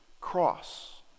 cross